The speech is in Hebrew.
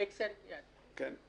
אקסל --- כן.